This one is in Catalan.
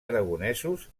aragonesos